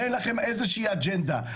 ואין לכם איזושהי אג'נדה.